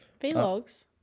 Vlogs